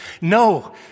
No